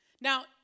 Now